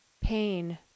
Pain